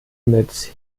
mit